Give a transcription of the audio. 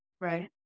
Right